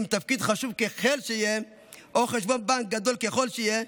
עם תפקיד חשוב ככל שיהיה או חשבון בנק גדול ככל שיהיה,